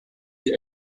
die